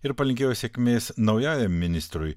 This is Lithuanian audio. ir palinkėjo sėkmės naujajam ministrui